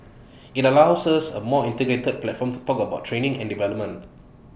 IT allows us A more integrated platform to talk about training and development